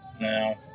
No